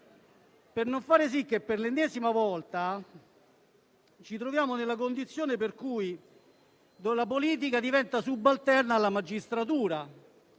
per non trovarci per l'ennesima volta in una condizione per cui la politica diventa subalterna alla magistratura